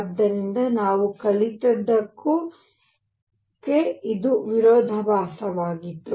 ಆದ್ದರಿಂದ ನಾವು ಕಲಿತದ್ದಕ್ಕೂ ಇದು ವಿರೋಧಾಭಾಸವಾಗಿತ್ತು